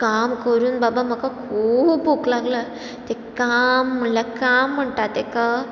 काम करून बाबा म्हाका खूब भूक लागल्या तें काम म्हणल्या काम म्हणटा ताका